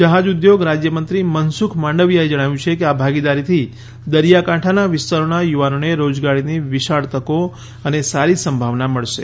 જહાજ ઉદ્યોગ રાજ્ય મંત્રી મનસુખ માંડવીયાએ જણાવ્યું કે આ ભાગીદારીથી દરિયાકાંઠાના વિસ્તારોના યુવાનોને રોજગારીની વિશાળ તકો અને સારી સંભાવના મળશે